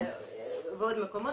ועוד מקומות,